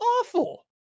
awful